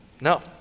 No